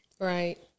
Right